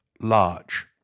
large